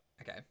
Okay